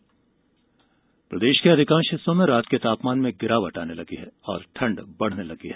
मौसम प्रदेश के अधिकांश हिस्सों में रात के तापमान में गिरावट आने लगी है और ठण्ड बढने लगी है